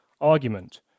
argument